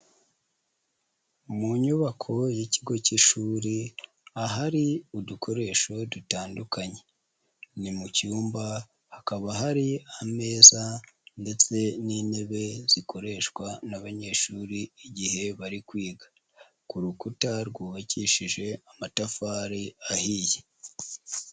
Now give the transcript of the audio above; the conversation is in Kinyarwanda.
Mu nyubako y'ikigo cy'ishuri, ahari udukoresho dutandukanye, ni mu cyumba hakaba hari ameza ndetse n'intebe zikoreshwa n'abanyeshuri igihe bari kwiga, ku rukuta rwubakishije amatafari ahiye.